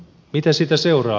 mitä siitä seuraa